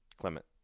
Clement